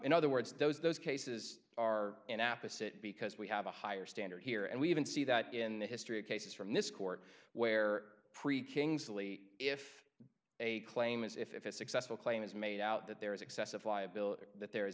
in other words those those cases are in apis it because we have a higher standard here and we even see that in the history of cases from this court where pre kingsley if a claim is if a successful claim is made out that there is excessive liability or that there is